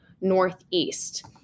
Northeast